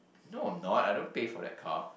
no I'm not I don't pay for that car